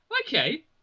okay